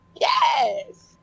Yes